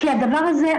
כי הדבר הזה,